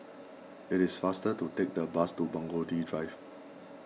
it is faster to take the bus to Burgundy Drive